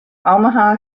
omaha